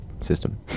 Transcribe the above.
system